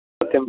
सत्यं